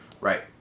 Right